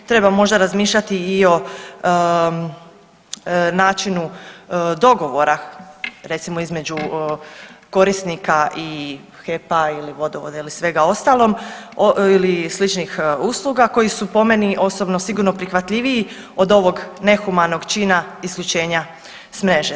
Treba možda razmišljati i o načinu dogovora recimo između korisnika i HEP-a, vodovoda ili svemu ostalom ili sličnih usluga koji su po meni osobno sigurno prihvatljiviji od ovog nehumanog čina isključenja s mreže.